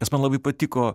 nes man labai patiko